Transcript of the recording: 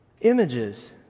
images